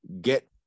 Get